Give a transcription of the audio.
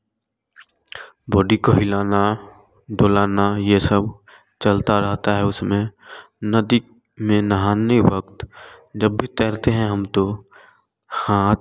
body को हिलाना डुलाना यह सब चलता रहता है उसमें नदी में नाहाने वक्त जब भी तैरते हैं हम तो हाथ